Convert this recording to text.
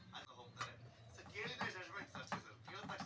ನಮ್ ಅಣ್ಣಾ ತಿಂಗಳಾ ತಿಂಗಳಾ ಕಾರ್ದು ಎಂಟ್ ಸಾವಿರ್ ಸಾಲಾ ಕಟ್ಟತ್ತಾನ್